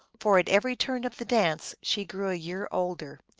for at every turn of the dance she grew a year older.